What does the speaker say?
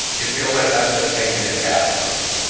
it feels like that's been taken, and it has from you.